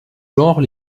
genres